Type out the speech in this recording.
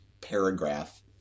paragraph